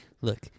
look